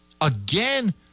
again